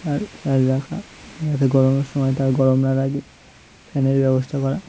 তার খেয়াল রাখা যাতে গরমের সময় তার গরম না লাগে ফ্যানের ব্যবস্থা করা